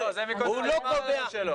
הוא לא קובע.